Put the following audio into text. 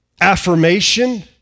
affirmation